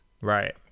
Right